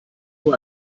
nur